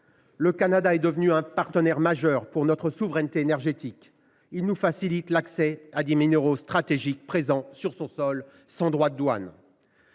Le Canada est devenu un partenaire majeur pour notre souveraineté énergétique. Il nous facilite l’accès à des minéraux stratégiques présents sur son sol, sans droits de douane.